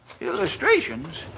Illustrations